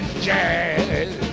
jazz